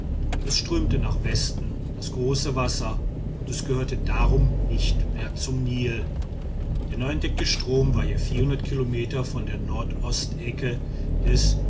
es strömte nach westen das große wasser und es gehörte darum nicht mehr zum nil der neuentdeckte strom war hier kilometer von der nordostecke des